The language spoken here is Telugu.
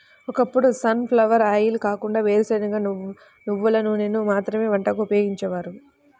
ఒకప్పుడు సన్ ఫ్లవర్ ఆయిల్ కాకుండా వేరుశనగ, నువ్వుల నూనెను మాత్రమే వంటకు ఉపయోగించేవారు